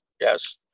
yes